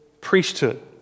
priesthood